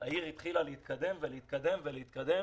תודה.